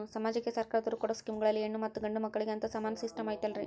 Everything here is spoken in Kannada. ಸಮಾಜಕ್ಕೆ ಸರ್ಕಾರದವರು ಕೊಡೊ ಸ್ಕೇಮುಗಳಲ್ಲಿ ಹೆಣ್ಣು ಮತ್ತಾ ಗಂಡು ಮಕ್ಕಳಿಗೆ ಅಂತಾ ಸಮಾನ ಸಿಸ್ಟಮ್ ಐತಲ್ರಿ?